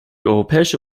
europäische